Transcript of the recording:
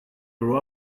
grew